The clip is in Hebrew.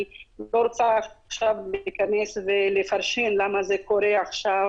אני לא רוצה להיכנס ולפרשן למה זה קורה עכשיו,